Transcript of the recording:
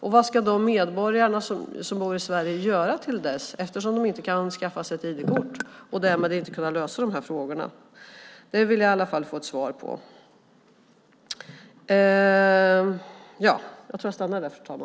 Och vad ska de medborgare som bor i Sverige göra fram till dess? De kan ju inte skaffa sig ett ID-kort och kan därmed inte lösa de här frågorna. Det vill jag i alla fall få ett svar på.